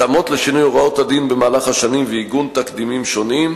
התאמות לשינוי הוראות הדין במהלך השנים ועיגון תקדימים שונים.